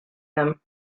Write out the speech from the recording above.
them